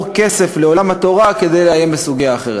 כסף לעולם התורה כדי לאיים בסוגיה אחרת.